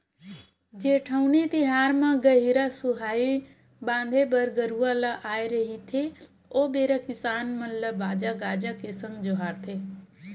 जेठउनी तिहार म गहिरा सुहाई बांधे बर गरूवा ल आय रहिथे ओ बेरा किसान मन ल बाजा गाजा के संग जोहारथे